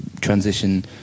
transition